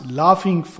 laughing